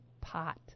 pot